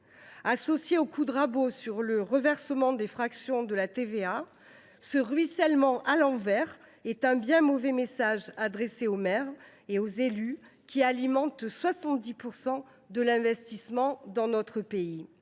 Associé au coup de rabot sur le reversement de fractions de la TVA, ce ruissellement à l’envers est un bien mauvais message adressé aux maires et aux élus, qui réalisent 70 % de l’investissement public dans notre pays